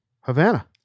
Havana